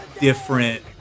different